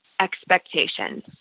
expectations